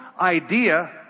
idea